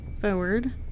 forward